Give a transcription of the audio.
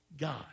God